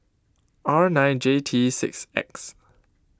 R nine J T six X